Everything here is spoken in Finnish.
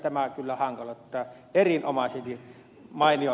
tämä kyllä hankaloittaa erinomaisesti mailia